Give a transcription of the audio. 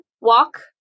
walk